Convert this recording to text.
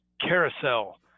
carousel